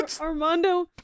Armando